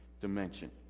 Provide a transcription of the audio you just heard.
dimension